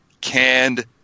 canned